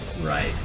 Right